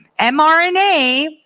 mRNA